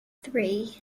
three